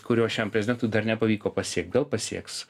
kurio šiam prezidentui dar nepavyko pasiekt gal pasieks